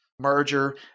merger